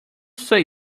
say